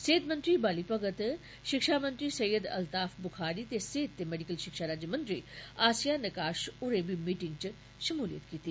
सेहत मंत्री बाली भगत शिक्षा मंत्री सईद अल्ताफ बुखारी ते सेहत ते मेडिकल शिक्षा राज्यमंत्री आसिया नक्काश होरें मीटिंग च शमूलियत कीती